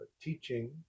teaching